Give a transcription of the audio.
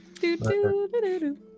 Do-do-do-do-do